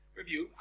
review